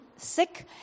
sick